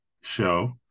show